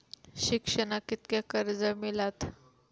शिक्षणाक कीतक्या कर्ज मिलात?